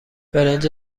برنج